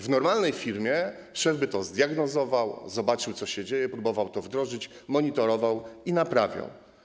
W normalnej firmie szef by to zdiagnozował, zobaczył, co się dzieje, próbował coś wdrożyć, monitorował i naprawiał.